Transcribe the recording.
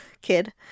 kid